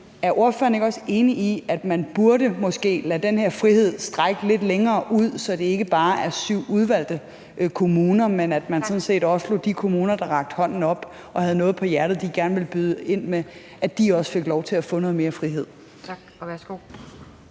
Er ordføreren ikke også enig i, at man måske burde lade den her frihed strække lidt længere ud, så det ikke bare var syv udvalgte kommuner, men at man sådan set også lod de kommuner, der rakte hånden op og havde noget på hjerte, de gerne vil byde ind med, få lov til at få noget mere frihed? Kl.